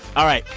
all right,